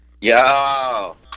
Yo